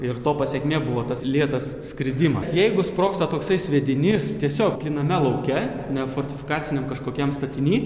ir to pasekmė buvo tas lėtas skridimas jeigu sprogsta toksai sviedinys tiesiog plyname lauke ne fortifikaciniam kažkokiam statiny